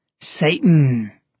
Satan